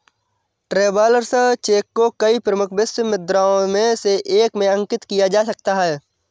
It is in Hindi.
ट्रैवेलर्स चेक को कई प्रमुख विश्व मुद्राओं में से एक में अंकित किया जा सकता है